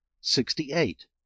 Sixty-eight